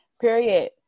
Period